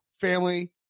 family